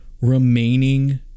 remaining